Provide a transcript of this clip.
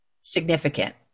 significant